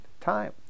time